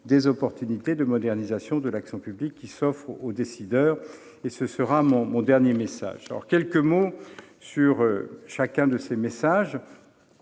des opportunités de modernisation de l'action publique s'offrant aux décideurs. Ce sera mon dernier message. Je dirai quelques mots, à présent, sur chacun de ces messages.